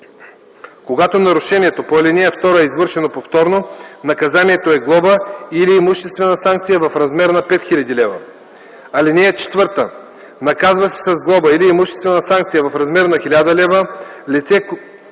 Когато нарушението по ал. 2 е извършено повторно, наказанието е глоба или имуществена санкция в размер на 5 хил. лв. (4) Наказва се с глоба или с имуществена санкция в размер на 1000 лв. лице,